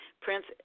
Prince